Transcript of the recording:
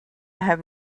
have